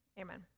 Amen